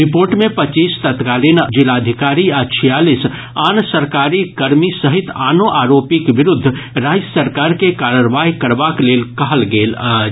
report मे पच्चीस तत्कालीन जिलाधिकारी आ छियालीस आन सरकारी कर्मी सहित आनो आरोपिक विरूद्ध राज्य सरकार के कार्रवाई करबाक लेल कहल गेल अछि